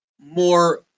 more